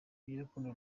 iby’urukundo